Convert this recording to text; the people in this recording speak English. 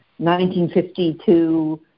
1952